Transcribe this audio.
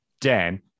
Dan